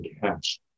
cash